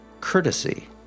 courtesy